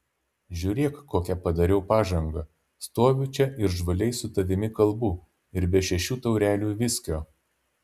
žiūrėk kokią padariau pažangą stoviu čia ir žvaliai su tavimi kalbu ir be šešių taurelių viskio